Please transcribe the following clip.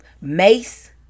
mace